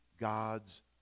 God's